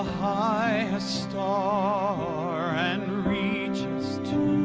star ah star and reaches to